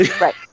Right